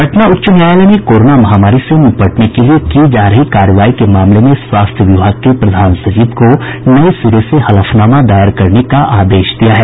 पटना उच्च न्यायालय ने कोरोना महामारी से निपटने के लिए की जा रही कार्रवाई के मामले में स्वास्थ्य विभाग के प्रधान सचिव को नये सिरे से हलफनामा दायर करने का आदेश दिया है